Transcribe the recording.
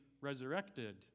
resurrected